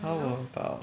how about